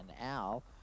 Al